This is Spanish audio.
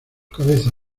cabeza